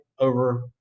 Over